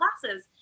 classes